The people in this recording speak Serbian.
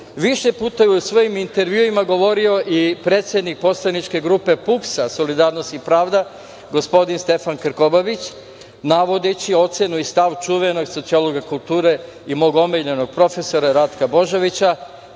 više puta je u svojim intervjuima govorio i predsednik poslaničke grupe PUPS-a - Solidarnost i pravda, gospodin Stefan Krkobabić, navodeći ocenu i stav čuvenog sociologa kulture i mog omiljenog profesora Ratka Božovića,